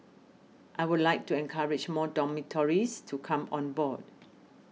I would like to encourage more dormitories to come on board